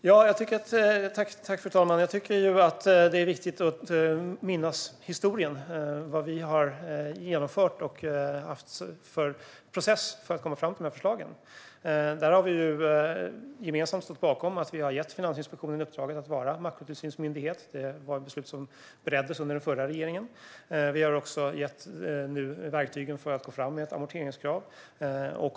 Fru talman! Det är viktigt att minnas historien, vad vi har genomfört och vilken process vi har haft för att komma fram till de här förslagen. Vi har gemensamt stått bakom att ge Finansinspektionen i uppdrag att vara makrotillsynsmyndighet. Det bereddes under den förra regeringen. Vi har också gett Finansinspektionen verktyg för att gå fram med ett amorteringskrav.